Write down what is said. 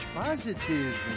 positive